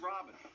Robin